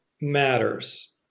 matters